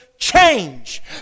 change